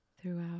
throughout